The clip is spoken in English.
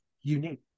unique